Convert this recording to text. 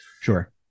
Sure